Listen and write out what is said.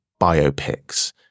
biopics